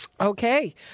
Okay